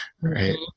right